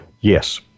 Yes